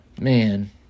Man